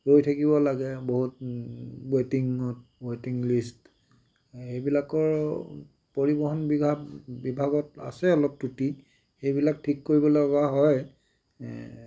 ৰৈ থাকিব লাগে বহুত ওৱেটিঙত ওৱেটিং লিষ্ট এইবিলাকৰ পৰিৱহণ বিভাগ বিভাগত আছে অলপ ক্ৰুটি সেইবিলাক থিক কৰিবলগা হয়